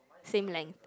same length